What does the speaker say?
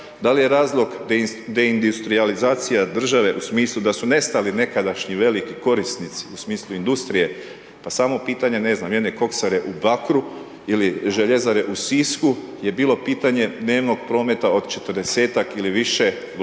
da li je razlog deindustrijalizacija države u smislu da su nestali nekadašnji veliki korisnici u smislu industrije, pa samo pitanje, ne znam, jedne koksare u Bakru ili željezare u Sisku je bilo pitanje dnevnog prometa od 40-ak ili više vlakova